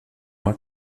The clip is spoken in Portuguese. uma